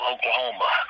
Oklahoma